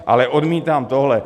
Ale odmítám tohle.